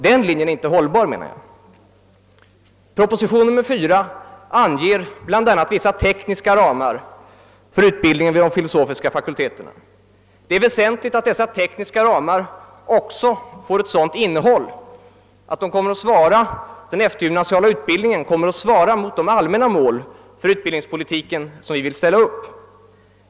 Den linjen är inte hållbar. Proposition nr 4 anger bl.a. vissa tekniska ramar för utbildningen vid de filosofiska fakulteterna. Det är väsentligt att dessa ramar också får ett sådant innehåll, att den eftergymnasiala utbildningen kommer att svara mot de allmänna utbildningsmål som vi vill ställa upp.